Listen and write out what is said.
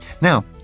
Now